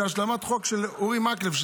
זו השלמת חוק של אורי מקלב,